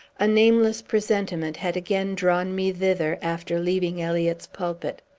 a nameless presentiment had again drawn me thither, after leaving eliot's pulpit.